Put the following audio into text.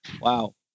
Wow